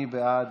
מי בעד?